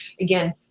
again